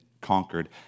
conquered